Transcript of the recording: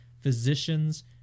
Physicians